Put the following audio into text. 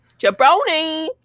Jabroni